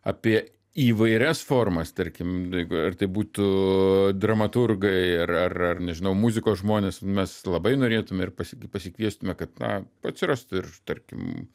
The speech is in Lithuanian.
apie įvairias formas tarkim jeigu ar tai būtų dramaturgai ar ar ar nežinau muzikos žmonės mes labai norėtume ir pasi pasikviestume kad na atsirastų ir tarkim